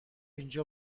اینجا